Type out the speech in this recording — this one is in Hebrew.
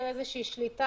מאפשר שליטה,